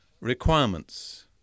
requirements